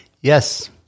Yes